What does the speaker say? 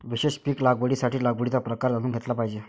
विशेष पीक लागवडीसाठी लागवडीचा प्रकार जाणून घेतला पाहिजे